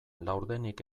laurdenik